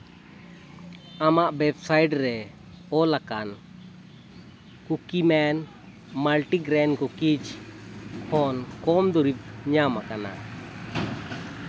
ᱟᱢᱟᱜ website ᱨᱮ ᱚᱞᱟᱠᱟᱱ ᱠᱩᱠᱤ ᱢᱮᱱ ᱢᱟᱞᱴᱤᱜᱨᱮᱱ ᱠᱩᱠᱤᱡᱽ ᱠᱷᱚᱱ ᱠᱚᱢ ᱫᱩᱨᱤᱵᱽ ᱧᱟᱢᱟᱠᱟᱱᱟ